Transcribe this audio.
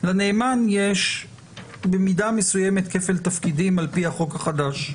לנאמן יש במידה מסוימת כפל תפקידים על פי החוק החדש: